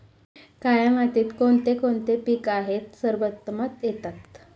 काया मातीत कोणते कोणते पीक आहे सर्वोत्तम येतात?